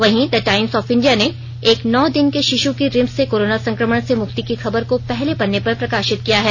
वहीं द टाइम्स ऑफ इंडिया ने एक नौ दिन के शिशु की रिम्स से कोराना संक्रमण से मुक्ति की खबर को पहले पन्ने पर प्रकाशित किया है